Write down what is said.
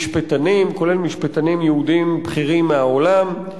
משפטנים, כולל משפטנים יהודים בכירים מהעולם,